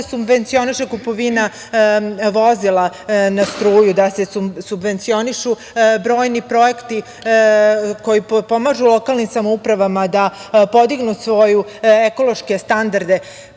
subvencioniše kupovina vozila na struju, da se subvencionišu brojni projekti koji pomažu lokalnim samoupravama da podignu svoje ekološke standarde,